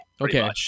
Okay